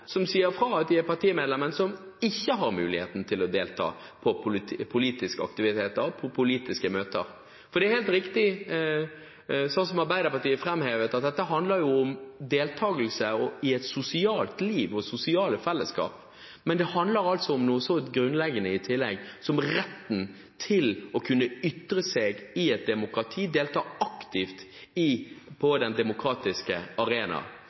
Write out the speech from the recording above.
Andre sier fra at de er partimedlemmer, men har ikke muligheten til å delta i politiske aktiviteter og på politiske møter. For det er helt riktig, som Arbeiderpartiet framhevet, at dette handler om deltakelse i et sosialt liv og i sosiale fellesskap. Men det handler i tillegg om noe så grunnleggende som retten til å kunne ytre seg i et demokrati, delta aktivt på den demokratiske arena.